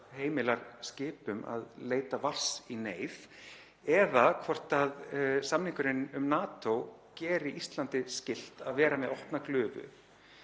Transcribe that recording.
heimilar skipum að leita vars í neyð eða hvort samningurinn um NATO geri Íslandi skylt að vera með opna glufu.